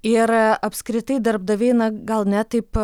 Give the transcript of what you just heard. ir apskritai darbdaviai na gal ne taip